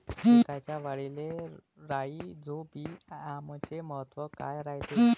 पिकाच्या वाढीले राईझोबीआमचे महत्व काय रायते?